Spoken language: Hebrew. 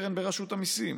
לקרן ברשות המיסים.